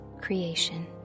creation